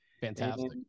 Fantastic